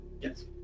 Yes